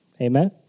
Amen